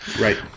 Right